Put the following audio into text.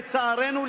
לצערנו,